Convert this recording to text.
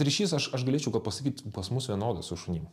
ryšys aš aš galėčiau gal pasakyt pas mus vienodas su šunim